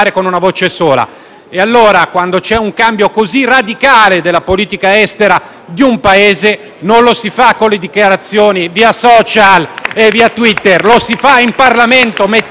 sola. Quando c'è un cambio così radicale della politica estera di un Paese, non lo si fa con le dichiarazioni via *social* e via Twitter, ma lo si fa in Parlamento, mettendo la faccia